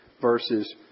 verses